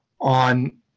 on